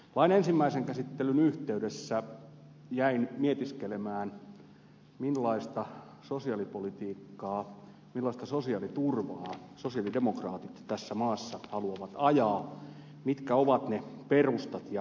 lain ensimmäisen käsittelyn yhteydessä jäin mietiskelemään millaista sosiaalipolitiikkaa millaista sosiaaliturvaa sosialidemokraatit tässä maassa haluavat ajaa mitkä ovat ne perustat ja lähtökohdat